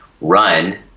run